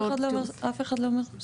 אף אחד לא אומר.